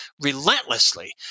relentlessly